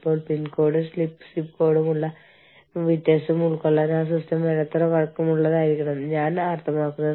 തൊഴിൽ ബന്ധങ്ങളുമായി പൊരുത്തപ്പെടുന്നതിലെ പ്രശ്നങ്ങൾ പ്രാദേശിക സാംസ്കാരിക രീതികൾ എന്നിങ്ങനെ എല്ലാ MNE കൾക്കും പൊതുവായുള്ള തൊഴിൽ പ്രശ്നങ്ങൾ വിശകലനം ചെയ്യുക